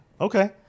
Okay